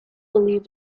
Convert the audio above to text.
believed